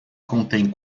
contêm